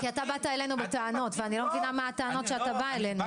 כי אתה באת אלינו בטענות ואני לא מבינה מה הטענות שאתה בא אלינו.